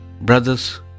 Brothers